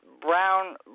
Brown